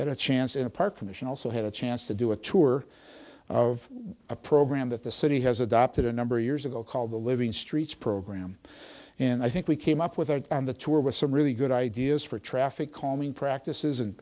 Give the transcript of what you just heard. that a chance in a park commission also had a chance to do a tour of a program that the city has adopted a number of years ago called the living streets program and i think we came up with on the tour with some really good ideas for traffic calming practices and